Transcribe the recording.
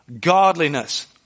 godliness